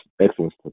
excellent